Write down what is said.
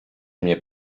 mnie